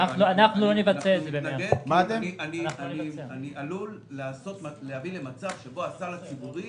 אני מתנגד כי אני עלול להביא למצב שהסל הציבורי